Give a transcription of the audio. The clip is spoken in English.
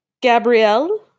Gabrielle